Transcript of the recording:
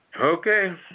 Okay